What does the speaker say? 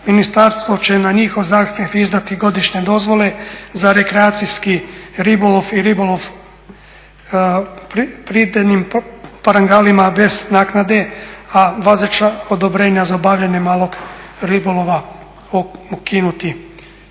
ministarstvo će na njihov zahtjev izdati godišnje dozvole za rekreacijski ribolov i ribolov … parangalima bez naknade, a važeća odobrenja za obavljanje malog ribolova ukinuti.